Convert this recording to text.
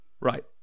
Right